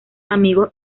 amigos